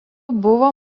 buvo